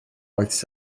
oedd